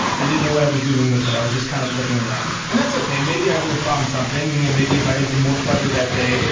i didn't know what i was doing with it. i was just kind of looking around, and that's okay. maybe i would've found something and maybe if i had been more clever that day,